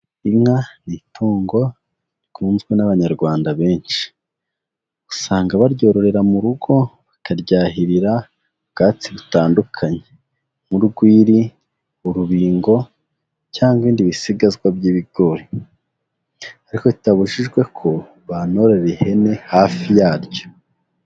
Inka ni itungo rikunzwe n'Abanyarwanda benshi, usanga baryororera mu rugo, bakaryahirira ubwatsi butandukanye nk'urwiri, urubingo cyangwa ibindi bisigazwa by'ibigori ariko bitabujijwe ko banorora ihene hafi yaryo.